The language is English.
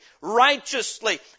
righteously